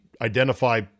identify